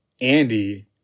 Andy